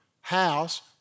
house